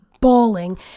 bawling